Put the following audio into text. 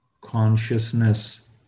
Consciousness